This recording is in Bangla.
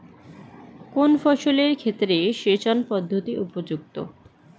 কোন ফসলের ক্ষেত্রে সেচন পদ্ধতি উপযুক্ত?